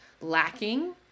lacking